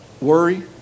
Worry